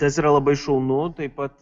tas yra labai šaunu taip pat